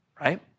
right